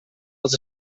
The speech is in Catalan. als